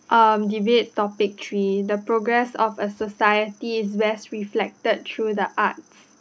um debate topic three the progress of a society is best reflected through the art